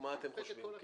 מה אתם חושבים?